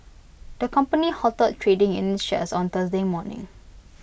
the company halted trading in its shares on Thursday morning